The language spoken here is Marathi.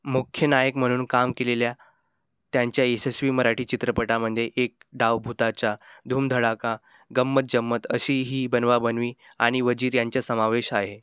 मुख्य नायक म्हणून काम केलेल्या त्यांच्या यशस्वी मराठी चित्रपटांमध्ये एक डाव भुताचा धूम धडाका गंमत जंमत अशी ही बनवा बनवी आणि वजीर यांचा समावेश आहे